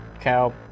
cow